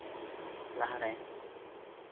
ᱞᱟᱦᱟᱨᱮ